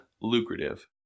lucrative